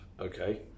Okay